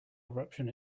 eruption